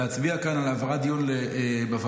להצביע כאן על העברת הדיון לוועדה,